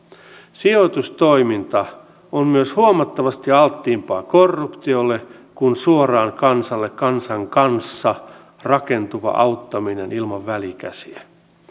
sijoitustoiminta on myös huomattavasti alttiimpaa korruptiolle kuin suoraan kansalle kansan kanssa rakentuva auttaminen ilman välikäsiä